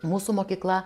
mūsų mokykla